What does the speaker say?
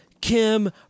Kim